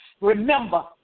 Remember